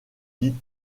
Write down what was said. dites